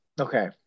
Okay